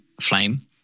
flame